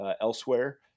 elsewhere